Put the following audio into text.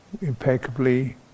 impeccably